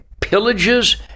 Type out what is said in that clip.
pillages